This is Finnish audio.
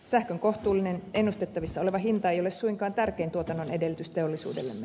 sähkön kohtuullinen ennustettavissa oleva hinta ei ole suinkaan tärkein tuotannon edellytys teollisuudellemme